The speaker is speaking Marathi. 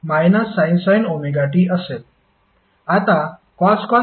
आता cos ωt180 काय आहे